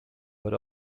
but